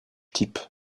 type